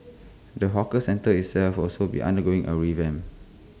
the hawker centre itself also be undergoing A revamp